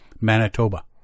Manitoba